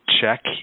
check